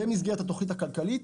במסגרת התוכנית הכלכלית,